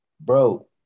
bro